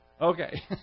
Okay